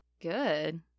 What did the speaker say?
good